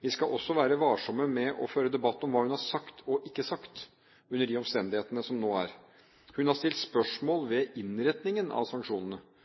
Vi skal også være varsomme med å føre debatt om hva hun har sagt, og ikke sagt, under de omstendighetene som nå er. Hun har stilt spørsmål